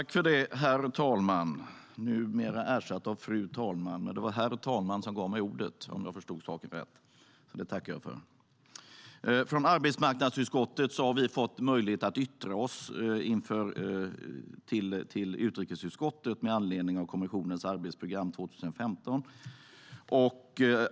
Fru talman! Vi från arbetsmarknadsutskottet har fått möjlighet att yttra oss till utrikesutskottet med anledning av kommissionens arbetsprogram 2015.